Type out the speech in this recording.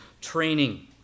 training